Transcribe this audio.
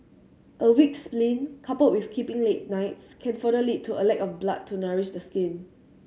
a weak spleen coupled with keeping late nights can further lead to a lack of blood to nourish the skin